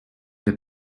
they